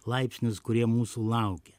laipsnius kurie mūsų laukia